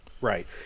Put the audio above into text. right